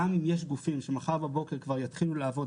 גם אם יש גופים שמחר בבוקר יתחילו לעבוד